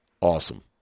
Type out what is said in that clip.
awesome